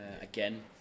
again